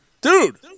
dude